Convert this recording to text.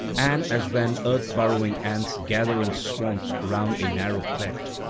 and as when earth-burrowing ants gather in swarms round a narrow cleft,